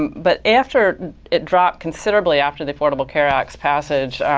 but after it dropped considerably after the affordable care act's passage,